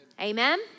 Amen